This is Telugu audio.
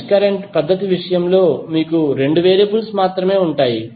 మెష్ కరెంట్ పద్ధతి విషయంలో మీకు 2 వేరియబుల్స్ మాత్రమే ఉంటాయి